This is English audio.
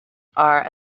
are